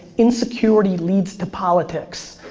insecurity leads to politics.